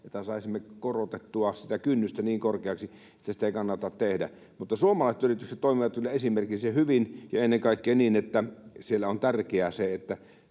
että saisimme korotettua sitä kynnystä niin korkeaksi, että sitä ei kannata tehdä. Suomalaiset yritykset toimivat kyllä esimerkillisen hyvin ja ennen kaikkea niin, että siellä on tärkeää se,